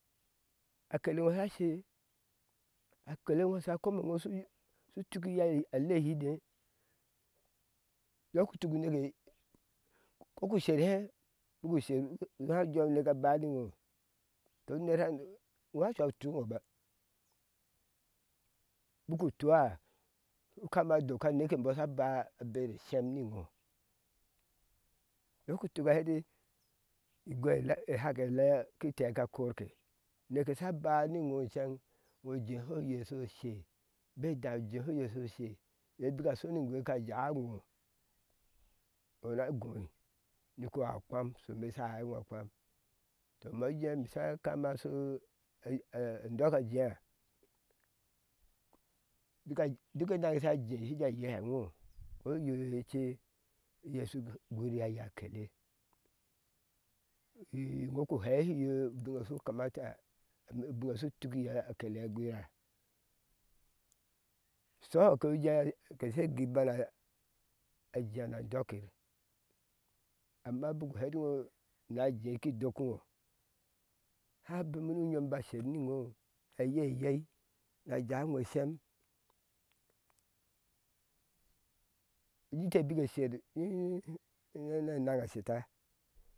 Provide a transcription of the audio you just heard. Akele ye háshe a kele ŋo sha kome ŋo shu tuki iyu alei hiide yoku tuk uneke yee ko ku sher hɛ buku sher ni hau jeŋu neke ba niŋo to unerha iŋo hau cau utuŋoba buku tua shu kama doka aneke emboɔsha ba a bere eshem niŋo yoku tuk a hɛ ati igwe la e hake da ke tɛko korke neke sha baniŋo ceŋ ŋo ujeho ye shoshe be ɛda ujeho yesho she ye biko shoni gwe ka ja ŋo ŋo na gɔi ni ku aɛi ukpam shome ye sha aɛi eŋo a kpam to ma je ma sha jee shi jee ye hɛ ŋo oyece yeshu gɔɔ yaya kele ee ŋo ku hɛhi ye ubiŋeye shu kamata shu tuk iye akele ye a gwira shoho ku jee ke she gui ibana a jea na dokir amma bik uhe ati iɲo na jei ki doki ŋo hau bimi nu nyom ba sherniŋo na ye yei aja iŋo shem mite bike sher nii enaŋa sheta